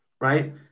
right